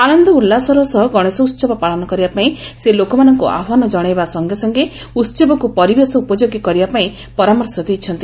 ଆନନ୍ଦ ଉଲ୍ଲାସର ସହ ଗଣେଶ ଉହବ ପାଳନ କରିବା ପାଇଁ ସେ ଲୋକମାନଙ୍କୁ ଆହ୍ୱାନ ଜଣାଇବା ସଙ୍ଗେସଙ୍ଗେ ଉହବକୁ ପରିବେଶ ଉପଯୋଗୀ କରିବା ପାଇଁ ସେ ପରାମର୍ଶ ଦେଇଛନ୍ତି